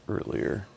earlier